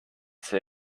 see